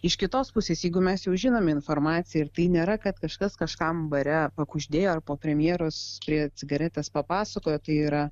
iš kitos pusės jeigu mes jau žinome informaciją ir tai nėra kad kažkas kažkam bare pakuždėjo ar po premjeros prie cigaretės papasakojo tai yra